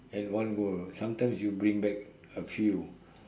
at one go sometimes you will bring back a few